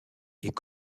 est